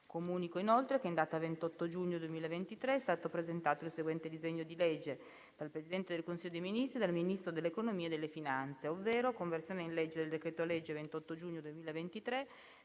Comunico che in data 28 giugno 2023 è stato presentato il seguente disegno di legge: *dal Presidente del Consiglio dei ministri e dal Ministro dell'economia e delle finanze:* «Conversione in legge del decreto-legge 28 giugno 2023,